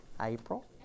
April